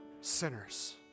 sinners